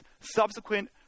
subsequent